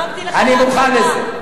אני מוכן לזה.